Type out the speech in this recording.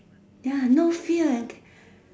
ya no fear and